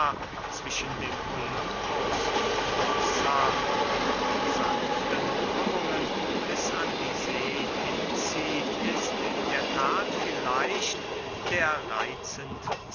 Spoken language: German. zwischen dem olympus und ossa in sanften krümmungen bis an die see hinzieht ist in der that vielleicht der